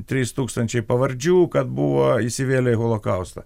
trys tūkstančiai pavardžių kad buvo įsivėlę į holokaustą